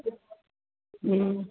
हा